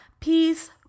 peace